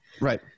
Right